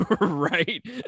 Right